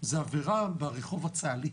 זה האווירה ברחוב הצה"לי.